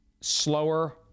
slower